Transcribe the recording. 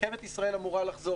רכבת ישראל אמורה לחזור,